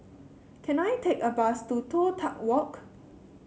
can I take a bus to Toh Tuck Walk